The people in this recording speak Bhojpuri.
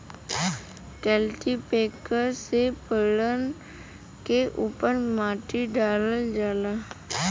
कल्टीपैकर से पेड़न के उपर माटी डालल जाला